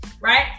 right